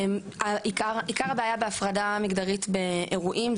עיקר הבעיה בהפרדה המגדרית באירועים,